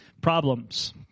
problems